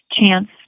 chance